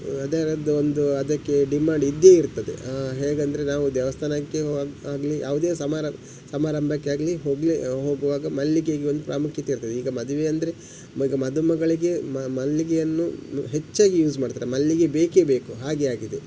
ಅದರದ್ದು ಒಂದು ಅದಕ್ಕೆ ಡಿಮಾಂಡ್ ಇದ್ದೇ ಇರ್ತದೆ ಹೇಗಂದರೆ ನಾವು ದೇವಸ್ಥಾನಕ್ಕೆ ಹೊ ಆಗಲಿ ಯಾವುದೆ ಸಮಾರಂ ಸಮಾರಂಭಕ್ಕೆ ಆಗಲಿ ಹೋಗಲಿ ಹೋಗುವಾಗ ಮಲ್ಲಿಗೆಗೆ ಒಂದು ಪ್ರಾಮುಖ್ಯತೆ ಇರ್ತದೆ ಈಗ ಮದುವೆ ಅಂದರೆ ಈಗ ಮದುಮಗಳಿಗೆ ಮಲ್ಲಿಗೆಯನ್ನು ಹೆಚ್ಚಾಗಿ ಯೂಸ್ ಮಾಡ್ತರೆ ಮಲ್ಲಿಗೆ ಬೇಕೇ ಬೇಕು ಹಾಗೆ ಆಗಿದೆ